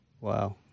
Wow